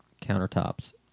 countertops